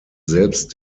selbst